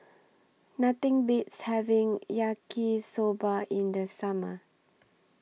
Nothing Beats having Yaki Soba in The Summer